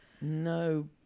No